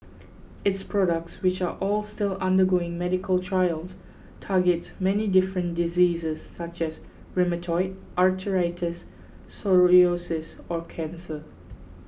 its products which are all still undergoing medical trials target many different diseases such as rheumatoid arthritis psoriasis or cancer